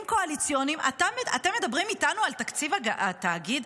קואליציוניים אתם מדברים איתנו על תקציב התאגיד?